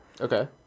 Okay